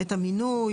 את המינוי,